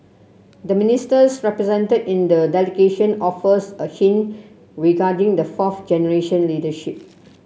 the Ministers represented in the delegation offers a hint regarding the fourth generation leadership